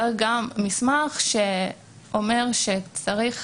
צריך גם מסמך שאומר שצריך